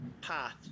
path